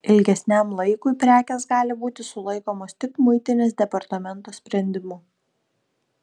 ilgesniam laikui prekės gali būti sulaikomos tik muitinės departamento sprendimu